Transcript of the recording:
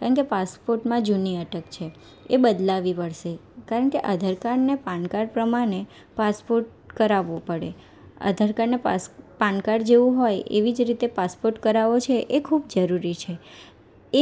કારણ કે પાસપોર્ટમાં જૂની અટક છે એ બદલાવવી પડશે કારણ કે આધાર કાર્ડને પાન કાર્ડ પ્રમાણે પાસપોર્ટ કરાવવો પડે આધાર કાર્ડને પાન કાર્ડ જેવું હોય એવી જ રીતે પાસપોર્ટ કરાવવો છે એ ખૂબ જરૂરી છે